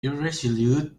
irresolute